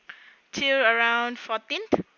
till around fourteenth